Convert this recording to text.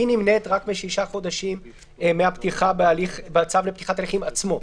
היא נמנית רק משישה חודשים בצו לפתיחת הליכים עצמו.